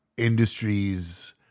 industries